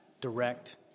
direct